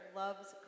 loves